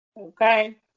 Okay